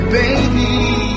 baby